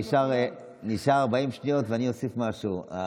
נשארו 40 שניות ואני אוסיף משהו.